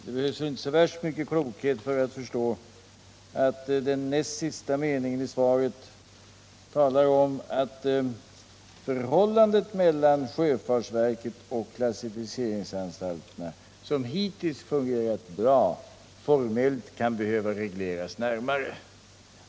Det behövs inte så värst mycket klokhet för att förstå att den näst sista meningen i svaret innebär att förhållandet mellan sjöfartsverket och klassificeringsanstalterna, vilket hittills fungerat bra, formellt kan behöva regleras närmare.